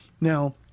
Now